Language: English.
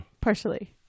Partially